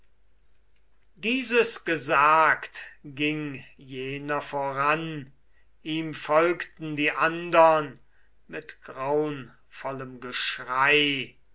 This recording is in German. dieses gesagt ging jener voran ihm folgten die andern mit graunvollem geschrei